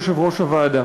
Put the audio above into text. יושב-ראש הוועדה,